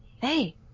hey